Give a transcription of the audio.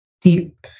deep